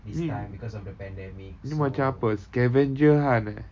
ni ni macam apa scavenger hunt eh